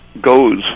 goes